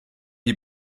die